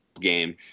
game